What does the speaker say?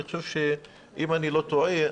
אם אני לא טועה,